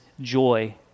joy